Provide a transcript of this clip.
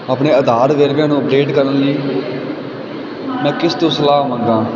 ਆਪਣੇ ਆਧਾਰ ਵੇਰਵਿਆਂ ਨੂੰ ਅਪਡੇਟ ਕਰਨ ਲਈ ਮੈਂ ਕਿਸ ਤੋਂ ਸਲਾਹ ਮੰਗਾਂ